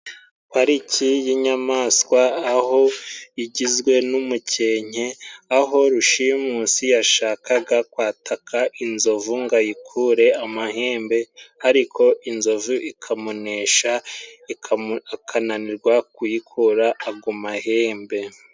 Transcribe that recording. Pariki y'inyamaswa aho igizwe n'umukenke aho rushimusi yashakaga, kwataka inzovu ngo ayikure amahembe, ariko inzovu ikamunesha akananirwa kuyikura agomahembe.